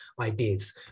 ideas